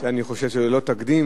שאני חושב שזה ללא תקדים.